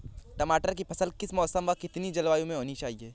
टमाटर की फसल किस मौसम व कितनी जलवायु में होनी चाहिए?